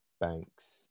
banks